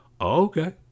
okay